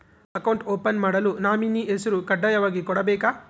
Account open ಮಾಡಲು nominee ಹೆಸರು ಕಡ್ಡಾಯವಾಗಿ ಕೊಡಬೇಕಾ?